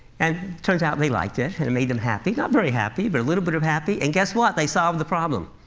and turns out they liked it, and it made them happy not very happy, but a little bit of happy. and guess what they solved the problem.